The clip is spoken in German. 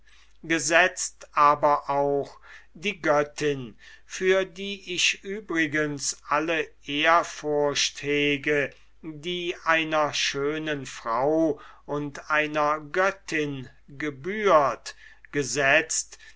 gesetzt auch die göttin für die ich übrigens so viel ehrfurcht hege als einer schönen frau und einer göttin gebührt gesetzt